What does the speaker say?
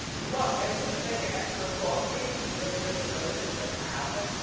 look, and just to make it extra saucy, willie doesn't know this who gets my outfits,